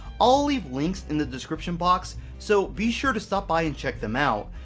i'll leave links in the description box so be sure to stop by and check them out.